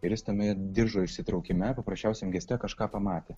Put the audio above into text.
ir jis tame diržo įsitraukime paprasčiausiam geste kažką pamatė